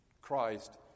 Christ